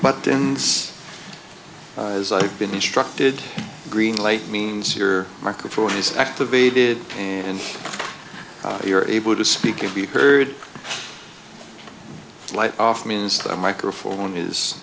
buttons as i've been instructed green light means your microphone is activated and you are able to speak and be heard light off means the microphone is